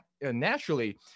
naturally